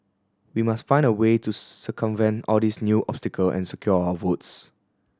we must find a way to circumvent all these new obstacle and secure our votes